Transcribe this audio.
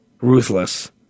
ruthless